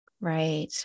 Right